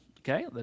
Okay